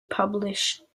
published